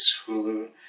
Hulu